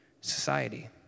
society